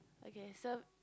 okay so